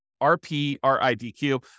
R-P-R-I-D-Q